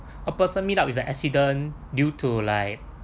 a person meet up with an accident due to like